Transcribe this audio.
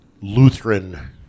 Lutheran